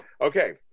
Okay